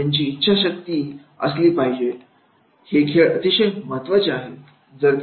आणि त्यांची इच्छाशक्ती असली पाहिजे हे अतिशय महत्वाचे आहे